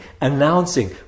announcing